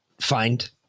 find